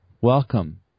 Welcome